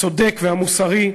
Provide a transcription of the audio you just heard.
הצודק והמוסרי,